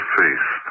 face